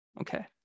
Okay